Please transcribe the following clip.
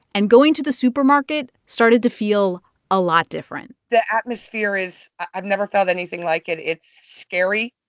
and going to the supermarket started to feel a lot different the atmosphere is i've never felt anything like it. it's scary,